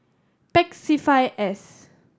Pek C five S